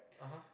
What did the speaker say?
(uh huh)